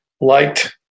liked